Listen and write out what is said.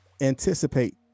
anticipate